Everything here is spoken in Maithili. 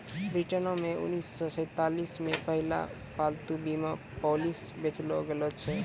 ब्रिटेनो मे उन्नीस सौ सैंतालिस मे पहिला पालतू बीमा पॉलिसी बेचलो गैलो छलै